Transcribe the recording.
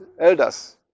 elders